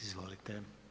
Izvolite.